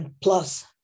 plus